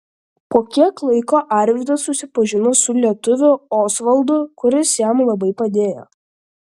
po kiek laiko arvydas susipažino su lietuviu osvaldu kuris jam labai padėjo